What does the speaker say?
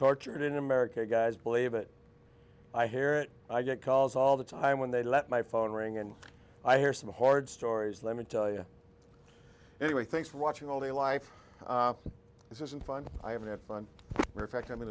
tortured in america you guys believe it i hear it i get calls all the time when they let my phone ring and i hear some hard stories let me tell you anyway thanks for watching all the life this isn't fun i haven't had fun fact i'm in